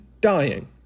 dying